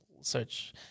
search